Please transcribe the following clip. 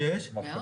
מאוד.